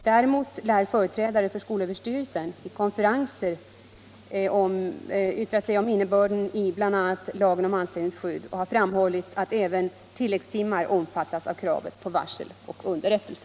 Däremot lär företrädare för skolöverstyrelsen vid konferenser om innebörden i bl.a. lagen om anställningsskydd ha framhållit att även tilläggstimmar omfattas av kravet på varsel och underrättelse.